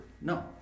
No